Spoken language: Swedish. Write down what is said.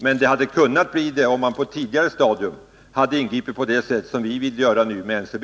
Men det hade kunnat bli det, om man på ett tidigare stadium hade ingripit på det sätt som vi nu vill göra i fråga om NCB.